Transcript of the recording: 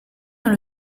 dans